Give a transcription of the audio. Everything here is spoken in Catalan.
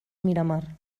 miramar